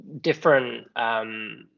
different